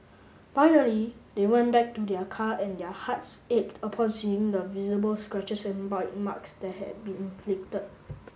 finally they went back to their car and their hearts ached upon seeing the visible scratches and bite marks that had been inflicted